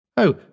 Oh